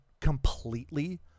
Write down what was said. completely